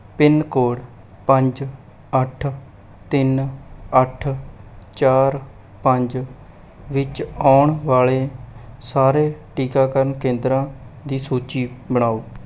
pin code ਪੰਜ ਅੱਠ ਤਿੰਨ ਅੱਠ ਚਾਰ ਪੰਜ ਵਿੱਚ ਆਉਣ ਵਾਲੇ ਸਾਰੇ ਟੀਕਾਕਰਨ ਕੇਂਦਰਾਂ ਦੀ ਸੂਚੀ ਬਣਾਓ